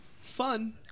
fun